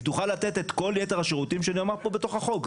היא תוכל לתת את כל יתר השירותים שנאמרו בתוך החוק.